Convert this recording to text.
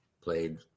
played